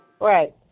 Right